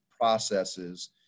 processes